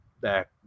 back